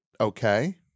Okay